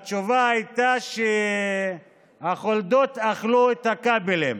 התשובה הייתה שהחולדות אכלו את הכבלים.